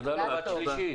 נולדה לו בת שלישית.